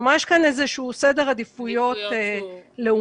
כלומר, יש כאן איזשהו סדר עדיפויות לאומי.